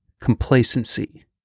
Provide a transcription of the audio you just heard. complacency